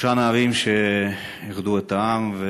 שלושה נערים שאיחדו את העם,